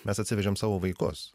mes atsivežėm savo vaikus